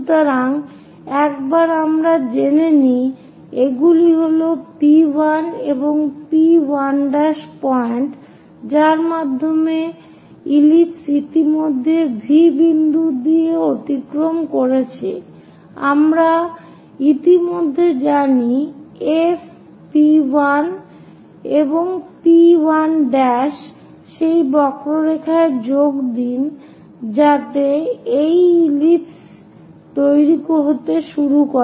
সুতরাং একবার আমরা জেনে নিই এগুলি হল P1 এবং P1' পয়েন্ট যার মাধ্যমে ইলিপস ইতিমধ্যেই V বিন্দু অতিক্রম করছে আমরা ইতিমধ্যেই জানি F P 1 P 1 সেই বক্ররেখায় যোগ দিন যাতে একটি ইলিপস তৈরি হতে শুরু করে